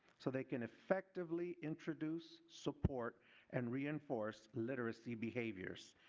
so they can effectively introduce, support and reinforce literacy behaviors,